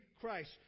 Christ